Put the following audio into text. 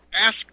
ask